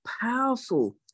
powerful